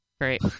Great